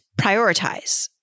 prioritize